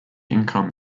income